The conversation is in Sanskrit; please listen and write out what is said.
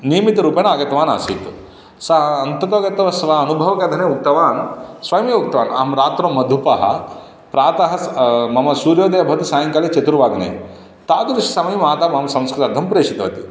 नियमितरूपेण आगतवान् आसीत् सा अन्ततो गत्वा स्व अनुभवकथने उक्तवान् स्वयमेव उक्तवान् अहं रात्रौ मधुपः प्रातः स् मम सूर्योदयः भवति सायङ्काले चतुर्वादने तादृशसमयं माता मां संस्कृतार्थं प्रेषितवती